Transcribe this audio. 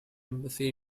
embassy